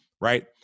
right